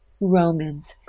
Romans